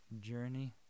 journey